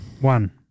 One